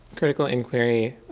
critical inquiry,